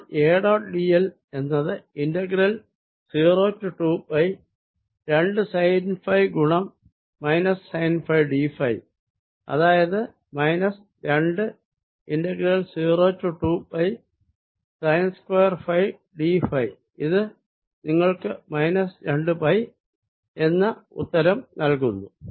അപ്പോൾ A dot dl എന്നത് integral 0 to 2 pi രണ്ട് സൈൻ ഫൈ ഗുണം minus sine phi d phi അതായത് മൈനസ് രണ്ട് integral 0 to 2 pi sine square phi d phi ഇത് നിങ്ങൾക്ക് മൈനസ് രണ്ട് പൈ എന്ന ഉത്തരം നൽകുന്നു